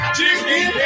Chicken